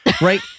right